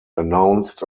announced